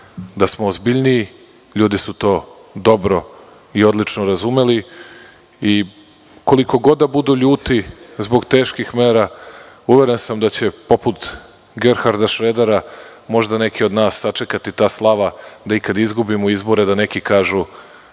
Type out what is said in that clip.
da smo ozbiljniji, ljudi su to dobro i odlično razumeli. Koliko god da budu ljuti zbog teških mera, uveren sam da će, poput Gerharda Šredera, možda neke od nas sačekati ta slava da i kad izgubimo izbore neki kažu